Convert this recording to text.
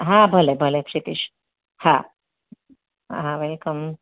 હા ભલે ભલે ક્ષિતિજ હા હા વેલકમ